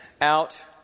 out